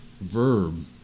verb